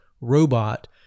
robot